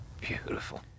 Beautiful